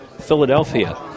Philadelphia